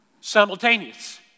simultaneous